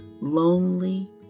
lonely